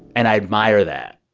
and i admire that.